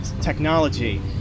technology